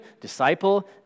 disciple